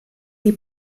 die